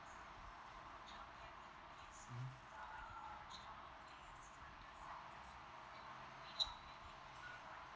mmhmm